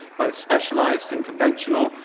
both specialized and conventional,